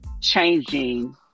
changing